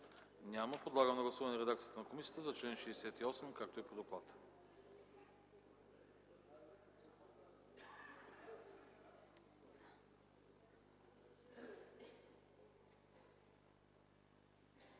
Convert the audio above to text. Няма. Подлагам на гласуване редакцията на комисията за чл. 88, както е по доклада.